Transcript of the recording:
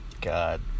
god